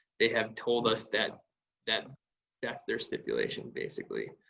they have told us that that that's there stipulation basically.